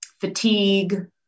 fatigue